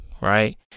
Right